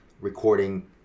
recording